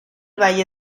valle